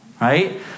right